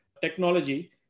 technology